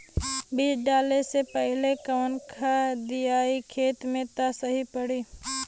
बीज डाले से पहिले कवन खाद्य दियायी खेत में त सही पड़ी?